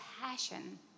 passion